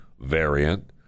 variant